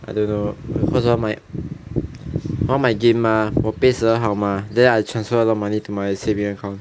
I don't know cause 我要买我要买 game mah 我 pay 十二号 mah then I transfer a lot money to my savings account